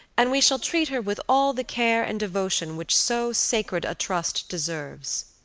and we shall treat her with all the care and devotion which so sacred a trust deserves.